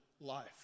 life